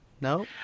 No